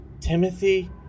Timothy